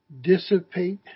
dissipate